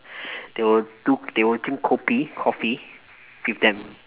they will do they will drink kopi coffee with them